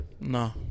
No